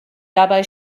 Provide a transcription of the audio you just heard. dabei